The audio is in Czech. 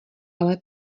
ale